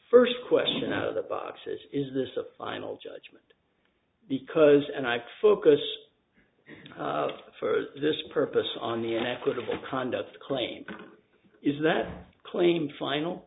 first question out of the box is is this a final judgment because and i focus for this purpose on the equitable conduct the claim is that claim final